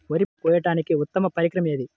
వరి పంట కోయడానికి ఉత్తమ పరికరం ఏది?